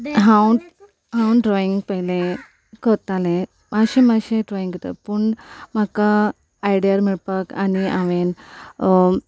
हांव हांव ड्रॉइंग पयलें करतालें मातशें मातशें ड्रॉइंग करता पूण म्हाका आयडियार मेळपाक आनी हांवें